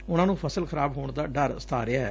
ਉਨ੍ਹੂਂ ਨੂੰ ਫਸਲਾਂ ਖਰਾਬ ਹੋਣ ਦਾ ਡਰ ਸਤਾ ਰਿਹੈ